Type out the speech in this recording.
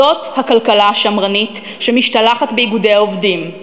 זאת הכלכלה השמרנית שמשתלחת באיגודי העובדים,